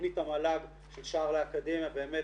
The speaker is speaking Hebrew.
תכנית המל"ג של 'שער לאקדמיה' באמת